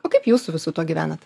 o kaip jūs su visu tuo gyvenat